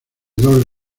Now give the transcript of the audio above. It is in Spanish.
dos